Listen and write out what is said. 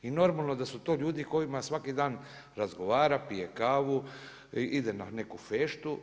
I normalno da su to ljudi s kojima svaki dan razgovara, pije kavu, ide na neku feštu.